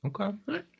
Okay